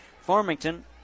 Farmington